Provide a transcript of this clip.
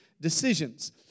decisions